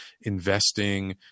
investing